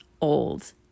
old